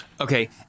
Okay